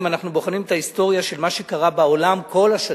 אם אנחנו בוחנים את ההיסטוריה של מה שקרה בעולם כל השנים,